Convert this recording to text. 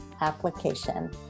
application